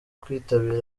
kwitabira